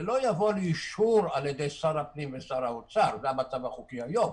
זה לא יבוא לאישור על ידי שר הפנים ושר האוצר זה המצב החוקי היום,